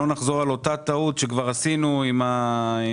כדי שלא נחזור על אותה טעות שכבר עשינו עם הכלים,